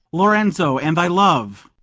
lorenzo, and thy love.